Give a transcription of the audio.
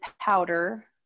powder